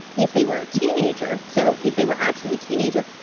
if they were a teenager, so if they were actually a teenager,